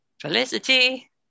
Felicity